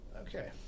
Okay